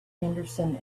henderson